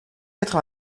quatre